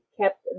kept